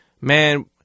Man